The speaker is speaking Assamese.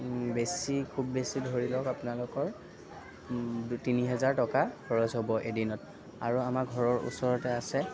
বেছি খুব বেছি ধৰি লওক আপোনালোকৰ তিনি হাজাৰ টকা খৰচ হ'ব এদিনত আৰু আমাৰ ঘৰৰ ওচৰতে আছে